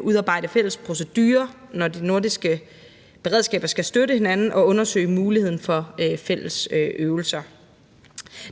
udarbejde fælles procedurer, når de nordiske beredskaber skal støtte hinanden og undersøge muligheden for fælles øvelser.